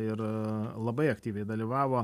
ir labai aktyviai dalyvavo